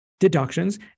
deductions